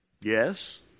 Yes